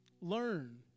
Learn